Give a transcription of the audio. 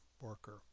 worker